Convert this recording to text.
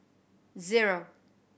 zero